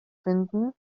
finden